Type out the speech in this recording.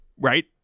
Right